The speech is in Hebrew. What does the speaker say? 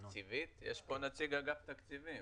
נמצא כאן נציג אגף התקציבים.